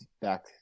back –